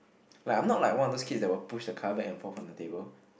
like I'm not like one of those kids that will push the car back and forth on the table